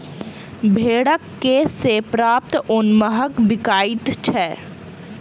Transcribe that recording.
भेंड़क केश सॅ प्राप्त ऊन महग बिकाइत छै